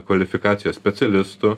kvalifikacijos specialistų